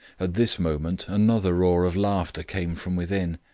at this moment another roar of laughter came from within.